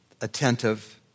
attentive